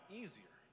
easier